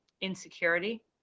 insecurity